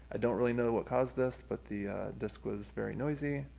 i don't really know what caused this, but the disc was very noisy.